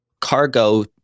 cargo